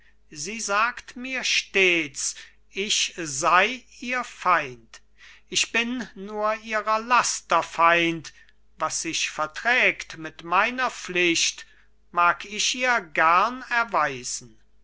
sie sagt mir stets ich sei ihr feind ich bin nur ihres lasters feind was sich verträgt mit meiner pflicht mag ich gern erweisen